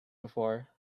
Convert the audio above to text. before